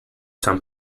some